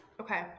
Okay